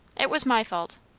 it was my fault.